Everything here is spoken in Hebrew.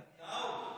ישראל,